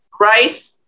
Rice